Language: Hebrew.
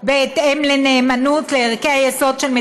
אבל סיימנו, לא?